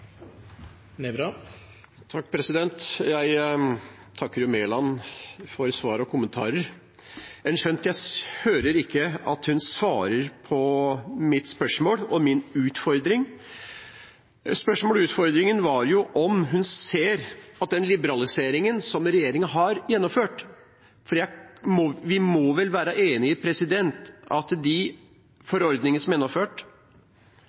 Jeg takker Mæland for svar og kommentarer, skjønt jeg hører ikke at hun svarer på mitt spørsmål og min utfordring. Spørsmålet og utfordringen var jo om hun ser den liberaliseringen som regjeringen har gjennomført, for vi må vel være enige om at de forordningene som er gjennomført,